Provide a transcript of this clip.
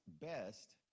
best